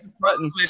button